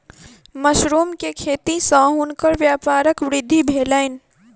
mushroom के खेती सॅ हुनकर व्यापारक वृद्धि भेलैन